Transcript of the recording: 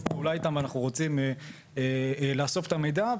פעולה איתם ואנחנו רוצים לאסוף את המידע,